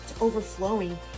overflowing